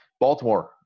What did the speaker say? Baltimore